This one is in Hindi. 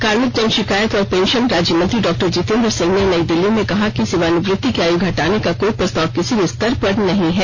कार्मिक जन शिकायत और पेंशन राज्य मंत्री डॉक्टर जितेन्द्र सिंह ने नई दिल्ली में कहा कि सेवानिवृत्ति की आयु घटाने का कोई प्रस्ताव किसी भी स्तर पर नहीं है